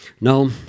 no